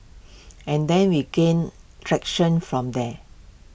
and then we gained traction from there